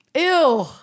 Ew